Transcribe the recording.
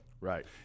Right